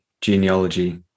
genealogy